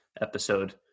episode